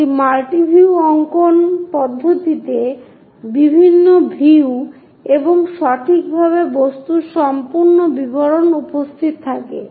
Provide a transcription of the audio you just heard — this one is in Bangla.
একটি মাল্টি ভিউ অঙ্কন পদ্ধতিতে বিভিন্ন ভিউ এবং সঠিকভাবে বস্তুর সম্পূর্ণ বিবরণ উপস্থিত থাকে